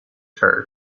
curve